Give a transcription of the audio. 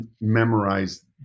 memorize